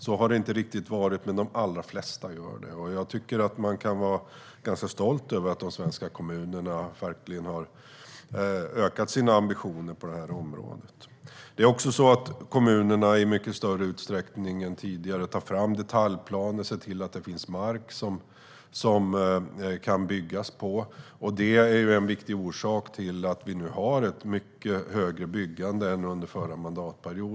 Så har det inte riktigt varit, men de allra flesta gör det, och jag tycker att man kan vara ganska stolt över att de svenska kommunerna verkligen har ökat sina ambitioner på det här området. Kommunerna tar även i mycket större utsträckning än tidigare fram detaljplaner och ser till att det finns mark som kan bebyggas, och detta är en viktig orsak till att vi nu har ett mycket högre byggande än under den förra mandatperioden.